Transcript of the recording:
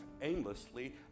aimlessly